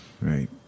Right